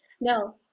No